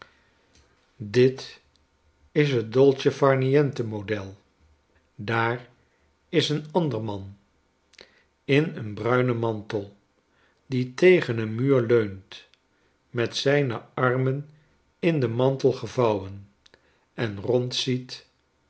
dit is het dolce far niente model daar is een ander man in een bruinen mantel die tegen een muur leunt met zijne armen in den mantel gevouwen en rondziet